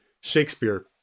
Shakespeare